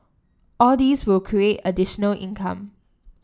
all these will create additional income